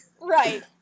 Right